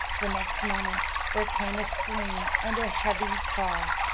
the next moment there came a scream and a heavy fall.